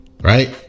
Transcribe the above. right